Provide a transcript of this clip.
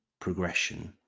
progression